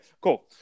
cool